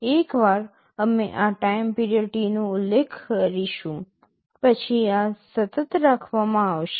એકવાર અમે આ ટાઇમ પીરિયડ T નો ઉલ્લેખ કરીશું પછી આ સતત રાખવામાં આવશે